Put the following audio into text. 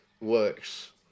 works